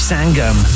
Sangam